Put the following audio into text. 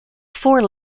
four